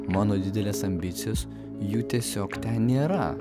mano didelės ambicijos jų tiesiog ten nėra